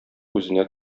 үзенә